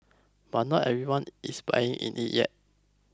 but not everyone is buying in it yet